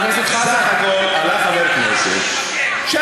חבר הכנסת חזן.